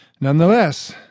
Nonetheless